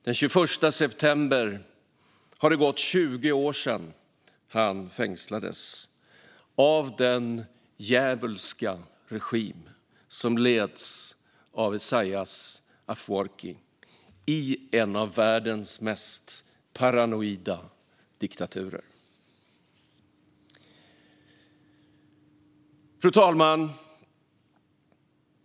Den 21 september har det gått 20 år sedan han fängslades av den djävulska regim som leds av Isaias Afwerki i en av världens mest paranoida diktaturer. Fru talman!